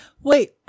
Wait